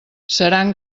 seran